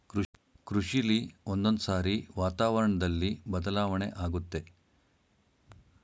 ಕೃಷಿಲಿ ಒಂದೊಂದ್ಸಾರಿ ವಾತಾವರಣ್ದಲ್ಲಿ ಬದಲಾವಣೆ ಆಗತ್ತೆ ಈ ಬದಲಾಣೆನ ವಾತಾವರಣ ಬದ್ಲಾವಣೆ ಅಂತಾರೆ